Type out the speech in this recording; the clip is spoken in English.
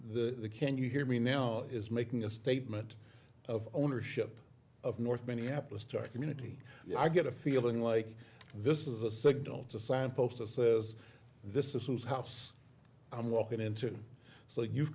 the can you hear me now is making a statement of ownership of north minneapolis to our community i get a feeling like this is a signal to signpost us is this was a house i'm walking into so you've